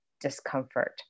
discomfort